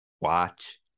watch